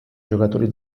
giocatori